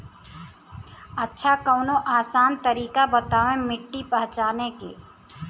अच्छा कवनो आसान तरीका बतावा मिट्टी पहचाने की?